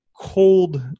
cold